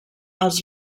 als